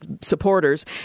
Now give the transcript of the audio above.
supporters